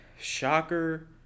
Shocker